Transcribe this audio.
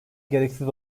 gereksiz